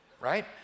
right